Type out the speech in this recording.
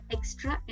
Extra